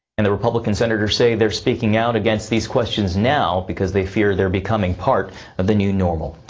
and the republican senators say they're speaking out against these questions now because they fear they're becoming part of the new normal.